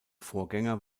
vorgänger